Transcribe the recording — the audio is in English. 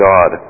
God